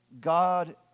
God